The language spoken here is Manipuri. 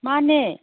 ꯃꯥꯅꯦ